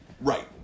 Right